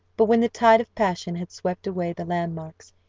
but when the tide of passion had swept away the landmarks,